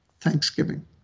thanksgiving